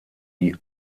die